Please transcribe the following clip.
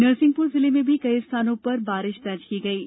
नरसिंहपुर जिले में भी कई स्थानों पर बारिश दर्ज की गई है